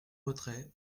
retrait